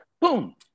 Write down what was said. Boom